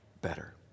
better